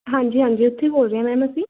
ਹਾਂਜੀ ਹਾਂਜੀ ਉੱਥੋਂ ਹੀ ਬੋਲ ਰਹੇ ਹਾਂ ਮੈਮ ਅਸੀਂ